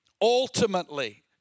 ultimately